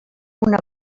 una